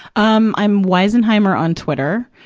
um i'm wisenheimer on twitter.